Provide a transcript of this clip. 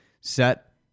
set